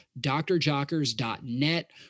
drjockers.net